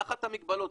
תחת המגבלות.